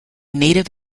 native